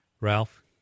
Ralph